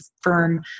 firm